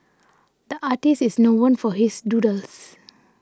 the artist is known for his doodles